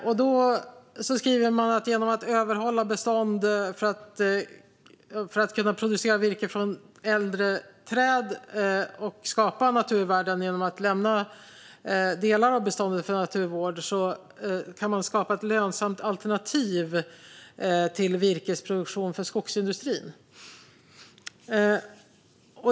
Man skriver att det genom att överhålla bestånd för att kunna producera virke från äldre träd och skapa naturvärden genom att lämna delar av beståndet för naturvård går att skapa ett lönsamt alternativ till virkesproduktion för skogsindustrin.